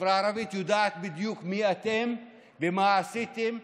החברה הערבית יודעת בדיוק מי אתם ומה עשיתם,